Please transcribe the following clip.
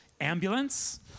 ambulance